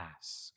ask